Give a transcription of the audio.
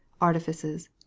artifices